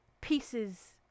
pieces